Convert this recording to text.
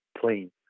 plane